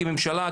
כממשלה,